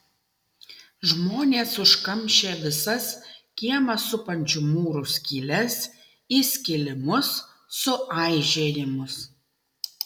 žmonės užkamšė visas kiemą supančių mūrų skyles įskilimus suaižėjimus